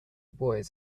boys